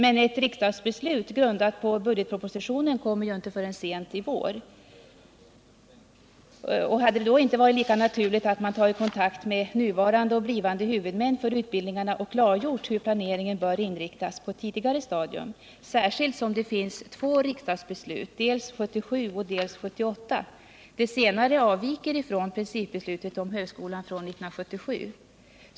Men ett riksdagsbeslut grundat på budgetpropositionen kommer ju högskolan [ inte förrän sent i vår. Hade det därför inte varit lika naturligt att man på ett tidigare stadium tagit kontakt med nuvarande och blivande huvudmän för utbildningarna och klargjort hur planeringen bör inriktas — särskilt som det finns två riksdagsbeslut, ett 1977 och ett 1978? Det senare avviker från principbeslutet om högskolan från 1977.